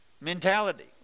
mentality